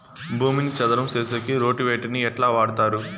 భూమిని చదరం సేసేకి రోటివేటర్ ని ఎట్లా వాడుతారు?